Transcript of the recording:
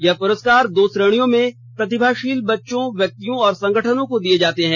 यह पुरस्कार दो श्रेणियों में प्रतिभाशाली बच्चों व्याक्तियों और संगठनों को दिए जाते हैं